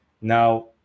now